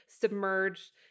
submerged